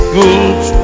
good